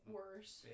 worse